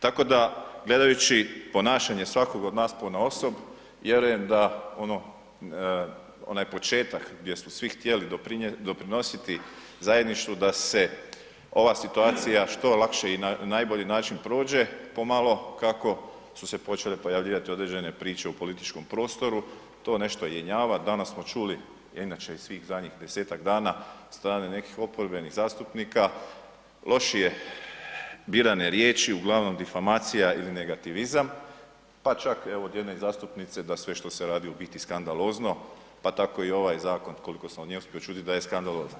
Tako da, gledajući ponašanje svakog od nas ponaosob, vjerujem da ono, onaj početak gdje smo svi htjeli doprinositi zajedništvu, da se ova situacija što je lakše i na najbolji način prođe, pomalo, kako su se počele pojavljivati određene priče u političkom prostoru, to nešto jenjava, danas smo čuli, inače iz svih zadnjih 10-tak dana od strane nekih oporbenih zastupnika, lošije birane riječi, uglavnom difamacija ili negativizam, pa čak evo, i od jedne zastupnice da sve što se radi je u biti skandalozno, pa tako i ovaj zakon, koliko sam od nje uspio čuti, da je skandalozan.